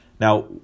Now